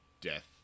death